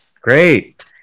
Great